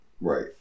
Right